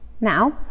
Now